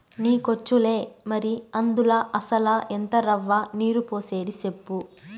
నీకొచ్చులే మరి, అందుల అసల ఎంత రవ్వ, నీరు పోసేది సెప్పు